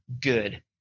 good